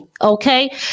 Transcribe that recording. okay